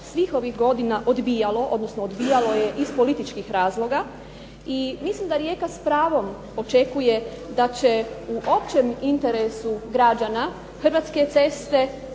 svih ovih godina odbijalo, odnosno odbijalo je iz političkih razloga, i mislim da rijeka s pravom očekuje da će u općem interesu građana Hrvatske ceste